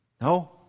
No